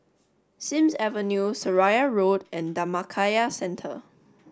Sims Avenue Seraya Road and Dhammakaya Centre